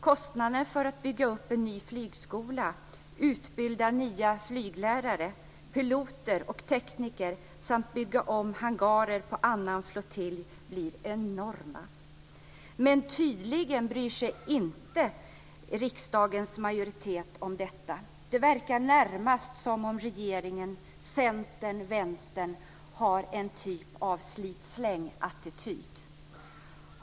Kostnaderna för att bygga upp en ny flygskola, utbilda nya flyglärare, piloter och tekniker samt bygga om hangarer på annan flottilj blir enorma. Men tydligen bryr sig inte riksdagens majoritet om detta. Det verkar närmast som om regeringen, Centern och Vänstern har en slit-och-släng-attityd.